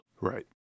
Right